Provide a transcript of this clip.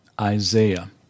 Isaiah